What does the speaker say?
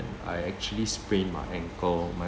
and I actually sprained my ankle my